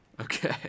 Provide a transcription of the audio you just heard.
Okay